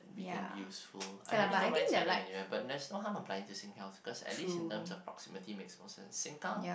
we can be useful I really don't mind signing anywhere but I don't really mind there's really no harm applying to Sengkang at least in proximity Simpang